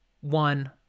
one